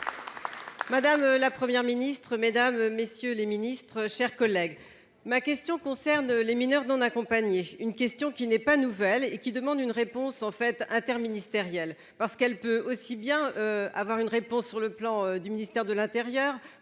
Madame, la Première ministre, mesdames, messieurs les Ministres, chers collègues, ma question concerne les mineurs non accompagnés. Une question qui n'est pas nouvelle et qui demande une réponse en fait interministériel parce qu'elle peut aussi bien avoir une réponse sur le plan du ministère de l'Intérieur